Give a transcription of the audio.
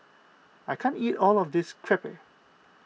I can't eat all of this Crepe